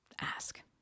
ask